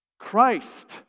Christ